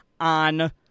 on